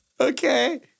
Okay